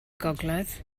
gogledd